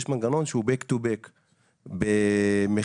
יש מנגנון שהוא גב אל גב,.